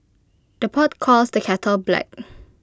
the pot calls the kettle black